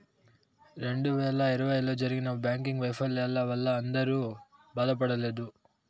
రెండు వేల ఇరవైలో జరిగిన బ్యాంకింగ్ వైఫల్యాల వల్ల అందరూ బాధపడలేదు